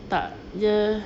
tak dia